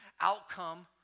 outcome